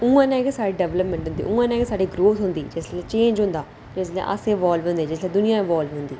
उ'ऐ नेही साढ़ी डैवलपमैंट होंदी उ'ऐ नेही साढ़ी ग्रोथ होंदी चेंज होंदा जिसलै अस इवालव होंदे